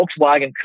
Volkswagen